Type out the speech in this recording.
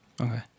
Okay